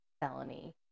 felony